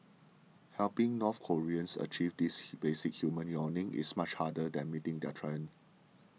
helping North Koreans achieve this basic human yearning is much harder than meeting their tyrant